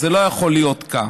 אז זה לא יכול להיות כך.